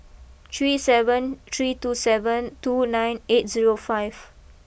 three seven three two seven two nine eight zero five